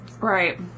right